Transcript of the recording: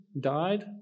died